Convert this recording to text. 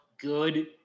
good –